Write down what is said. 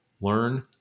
learn